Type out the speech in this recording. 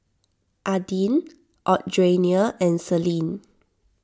Adin Audrianna and Celine